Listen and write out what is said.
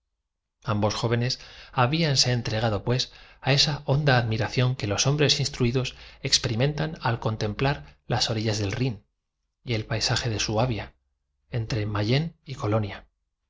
ambos jóvenes habíanse entregado pues a esa honda de los dos jóvenes uamado próspero magnán al divisar las pintadas admiración que los hombres instruidos experimentan al contemplar casas de andernach apiñadas como huevos en cesta y mezcladas de las orillas del rhin y el paisaje de suabia entre mayén y colonia